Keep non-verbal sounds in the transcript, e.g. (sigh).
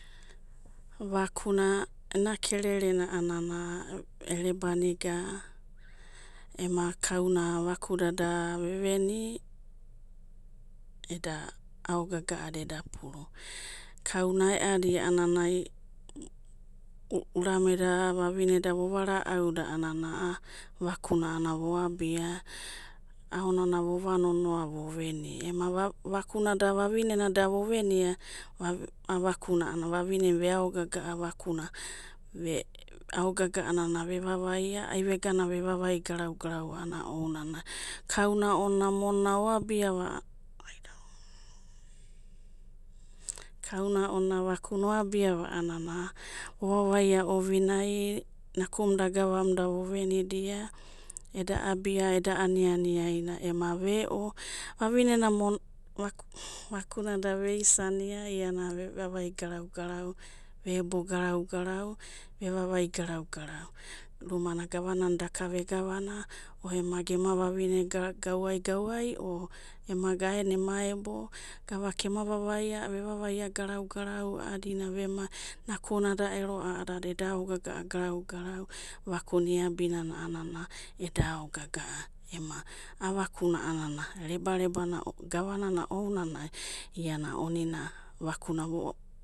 Vakuna ena kererena a'anana erebaniga ema kauna vakuda da veveni, eda aogaga'ada eda puru. Kauna ae'adi a'ananai (hesitation) urameda vavineda vova nonoa voveni. Ema vaku na davavina da vovenia, va a'a vakuna a'ana vavinena veaogaga'a vakuna ve aogaga'a nana vevavaia ai vegana ve vavai garau garau a'ana ounanai. Kauna ona mon na oabiava (hesitation) kauna ona vakuna oabiava a'anana vovavaia ovinai nakumda, agavam da vovenidia, eda abia, eda aniani aina ema ve'o vavinena (hesitation) vakuna da veisania iana vevavai garau garau, vebo gara gara, ve vavai garau garau. Rumana gavanana daka vegavana o emaga ema vavine ga gawai gawai o emaga aenai ema ebo, gavaka ema vavaia ve vavaia garaugarau a'adina vemai nakudana ero a'ada eda aogaga'a garau garau vakuna iabinana a'anana eda aogaga'a. Ema a'a vakuna a'ana rebarebana gavanana ounanai, iana onima vakuna vo